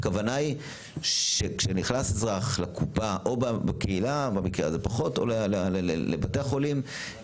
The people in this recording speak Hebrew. הכוונה היא שכשנכנס אזרח לקופה או בקהילה או לבתי החולים,